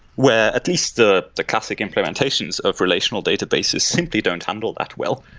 where at least the the classic implementations of relational databases simply don't handle that well.